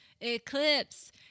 eclipse